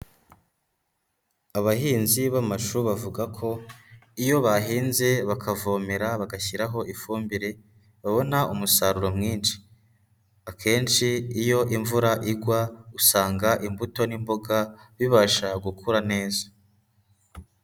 Abahinzi b'amashuri bavuga ko iyo bahinze bakavomera bagashyiraho ifumbire babona umusaruro mwinshi, akenshi iyo imvura igwa usanga imbuto n'imboga bibasha gukura neza.